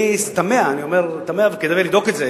אני תמה, וכדאי לבדוק את זה.